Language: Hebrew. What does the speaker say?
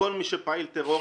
כל מי שפעיל טרור,